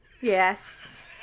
Yes